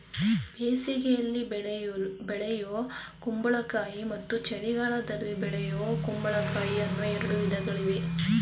ಬೇಸಿಗೆಯಲ್ಲಿ ಬೆಳೆಯೂ ಕುಂಬಳಕಾಯಿ ಮತ್ತು ಚಳಿಗಾಲದಲ್ಲಿ ಬೆಳೆಯೂ ಕುಂಬಳಕಾಯಿ ಅನ್ನೂ ಎರಡು ವಿಧಗಳಿವೆ